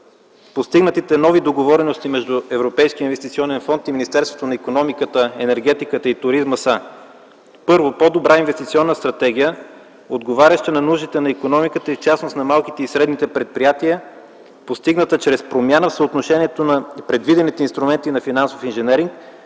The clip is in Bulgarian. Постигнатите нови договорености между Европейския инвестиционен фонд и Министерството на икономиката, енергетиката и туризма са първо, по-добра инвестиционна стратегия, отговаряща на нуждите на икономиката и в частност на малките и средните предприятия, постигната чрез промяна в съотношението на предвидените инструменти на финансов инженеринг,